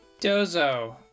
Dozo